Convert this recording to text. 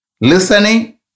Listening